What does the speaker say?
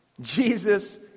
Jesus